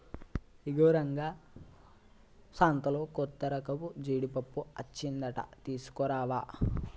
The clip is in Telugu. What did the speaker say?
ఇగో రంగా సంతలో కొత్తరకపు జీడిపప్పు అచ్చిందంట తీసుకురావా